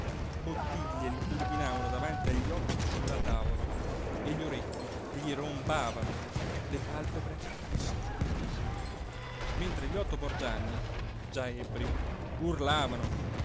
bottiglie gli turbinavano davanti agli occhi su la tavola e gli orecchi gli rombavano le pàlpebre gli si chiudevano sole mentre gli otto borgianni già ebbri urlavano